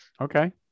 Okay